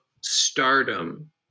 stardom